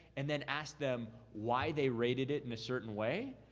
and then ask them why they rated it in a certain way.